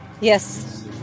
Yes